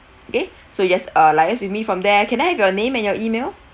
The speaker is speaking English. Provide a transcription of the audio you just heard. okay so you just uh liaise with me from there can I have your name and your email